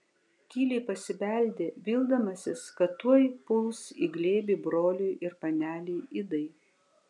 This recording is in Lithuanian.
tyliai pasibeldė vildamasis kad tuoj puls į glėbį broliui ir panelei idai